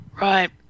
Right